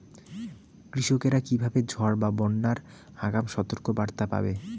কৃষকেরা কীভাবে ঝড় বা বন্যার আগাম সতর্ক বার্তা পাবে?